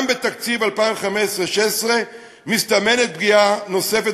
גם בתקציב 2015 2016 מסתמנת פגיעה נוספת